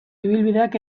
ibilbideak